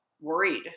worried